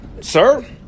sir